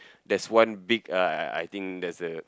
there's one big uh I think there's a